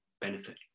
benefit